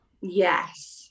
Yes